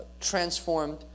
transformed